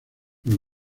los